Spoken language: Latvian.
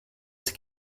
tik